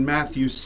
Matthew